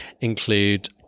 include